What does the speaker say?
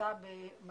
נמצאת